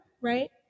right